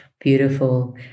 Beautiful